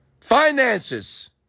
finances